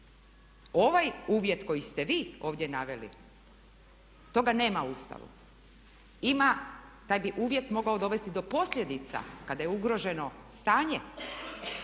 Ovaj uvjet koji ste vi ovdje naveli toga nema u Ustavu. Ima, taj bi uvjet mogao dovesti do posljedica kada je ugroženo stanje.